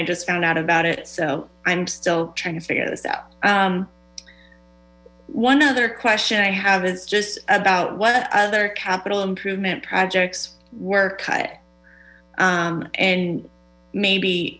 i just found out about it so i'm still trying to figure this out one other question i have is just about what other capital improvement projects were cut and maybe